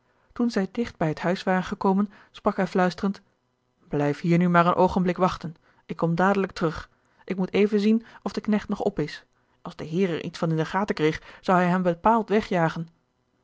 toen zij digt bij het huis waren gekomen sprak hij fluisterend blijf hier nu maar een oogenblik wachten ik kom dadelijk terug ik moet even zien of de knecht nog op is als de heer er iets van in de gaten kreeg zou hij hem bepaald wegjagen